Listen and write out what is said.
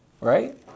right